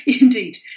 indeed